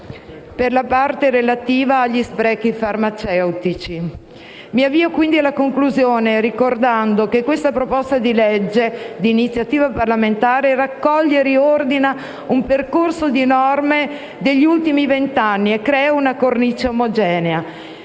per la parte relativa agli sprechi farmaceutici. Mi avvio alla conclusione, ricordando che questa proposta di legge di iniziativa parlamentare raccoglie e riordina un percorso di norme degli ultimi vent'anni e crea una cornice omogenea: